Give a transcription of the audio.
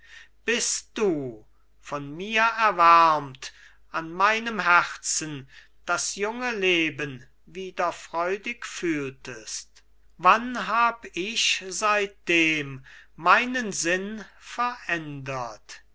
bis du von mir erwärmt an meinem herzen das junge leben wieder freudig fühltest wann hab ich seitdem meinen sinn verändert